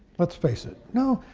let's face it. no,